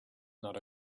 not